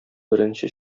беренче